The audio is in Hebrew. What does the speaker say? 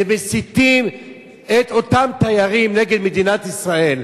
ומסיתים את אותם תיירים נגד מדינת ישראל.